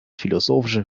philosophische